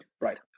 right